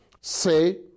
Say